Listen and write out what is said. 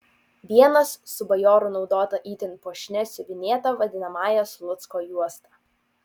vienas su bajorų naudota itin puošnia siuvinėta vadinamąja slucko juosta